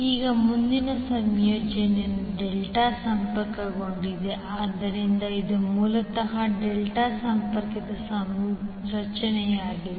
ಈಗ ಮುಂದಿನ ಸಂಯೋಜನೆಯು ಡೆಲ್ಟಾ ಸಂಪರ್ಕಗೊಂಡಿದೆ ಆದ್ದರಿಂದ ಇದು ಮೂಲತಃ ಡೆಲ್ಟಾ ಸಂಪರ್ಕಿತ ಸಂರಚನೆಯಾಗಿದೆ